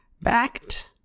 backed